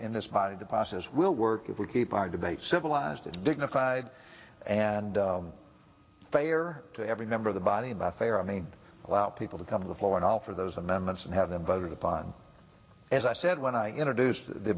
in this body the process will work if we keep our debate civilized and dignified and fire to every member of the body by fair i mean allow people to come to the floor and offer those amendments and have them voted upon as i said when i introduced the